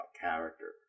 character